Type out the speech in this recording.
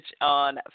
on